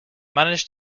manage